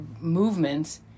movements